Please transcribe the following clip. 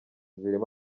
zirimo